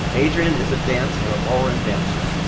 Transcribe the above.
adrianne is a dancer, a ballroom dancer.